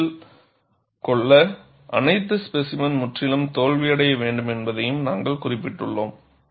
கருத்தில் கொள்ள அனைத்து ஸ்பேசிமென் முற்றிலும் தோல்வியடைய வேண்டும் என்பதையும் நாங்கள் குறிப்பிட்டுள்ளோம்